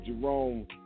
Jerome